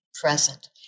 present